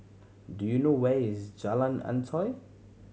do you know where is Jalan Antoi